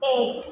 एक